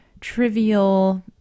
trivial